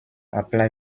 apply